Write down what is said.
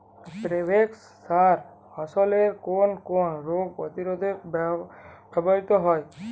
Provex সার ফসলের কোন কোন রোগ প্রতিরোধে ব্যবহৃত হয়?